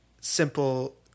simple